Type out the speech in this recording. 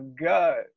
God